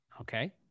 okay